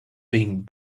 being